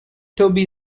toby